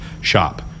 shop